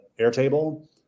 Airtable